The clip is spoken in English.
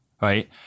Right